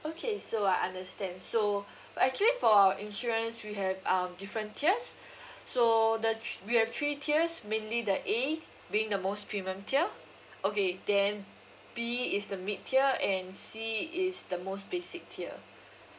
okay so I understand so actually for our insurance we have um different tiers so the three we have three tiers mainly the A being the most premium tier okay then B is the mid tier and C is the most basic tier